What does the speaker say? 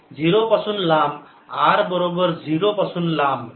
H0H0 0 पासून लांब r बरोबर 0 पासून लांब